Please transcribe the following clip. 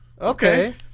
Okay